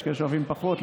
יש כאלה שאוהבים פחות,